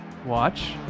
watch